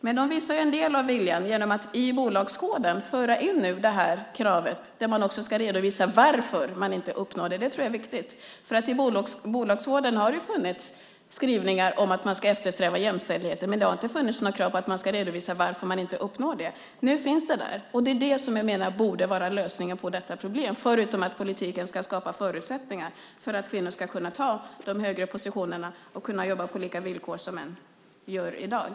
Men de visar en del av viljan genom att i bolagskoden nu föra in detta krav, och man ska redovisa varför man inte uppnår detta. Det tror jag är viktigt. I bolagskoden har det funnits skrivningar om att man ska eftersträva jämställdhet. Men det har inte funnits några krav på att man ska redovisa varför man inte uppnår det. Nu finns det där. Det är det som jag menar borde vara lösningen på detta problem förutom att politiken ska skapa förutsättningar för att kvinnor ska kunna ta de högre positionerna och kunna jobba på lika villkor som män gör i dag.